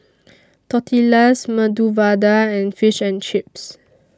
Tortillas Medu Vada and Fish and Chips